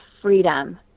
freedom